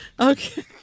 Okay